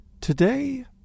Today